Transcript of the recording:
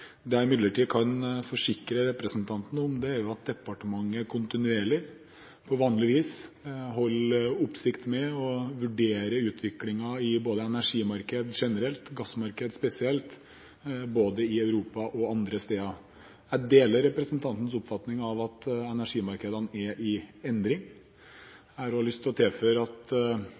Det jeg imidlertid kan forsikre representanten om, er at departementet kontinuerlig, på vanlig vis, holder oppsikt med og vurderer utviklingen både i energimarkedet generelt og i gassmarkedet spesielt – i Europa og andre steder. Jeg deler representantens oppfatning av at energimarkedene er i endring. Jeg har lyst til å tilføye at